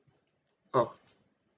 oh